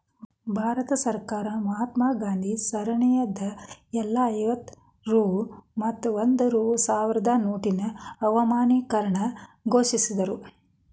ಭಾರತ ಸರ್ಕಾರ ಮಹಾತ್ಮಾ ಗಾಂಧಿ ಸರಣಿದ್ ಎಲ್ಲಾ ಐವತ್ತ ರೂ ಮತ್ತ ಒಂದ್ ರೂ ಸಾವ್ರದ್ ನೋಟಿನ್ ಅಮಾನ್ಯೇಕರಣ ಘೋಷಿಸಿದ್ರು